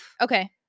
Okay